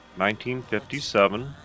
1957